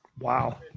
Wow